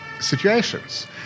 situations